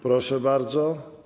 Proszę bardzo.